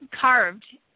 carved